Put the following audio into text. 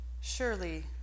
Surely